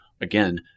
again